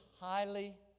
highly